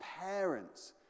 parents